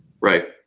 Right